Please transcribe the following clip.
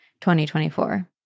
2024